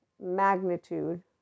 magnitude